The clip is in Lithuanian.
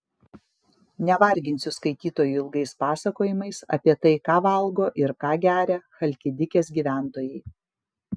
nevarginsiu skaitytojų ilgais pasakojimais apie tai ką valgo ir ką geria chalkidikės gyventojai